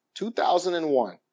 2001